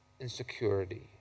insecurity